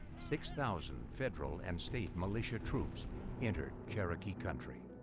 six thousand federal and state militia troops entered cherokee country.